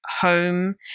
Home